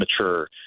mature